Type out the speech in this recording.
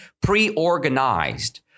pre-organized